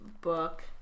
Book